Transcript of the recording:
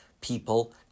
people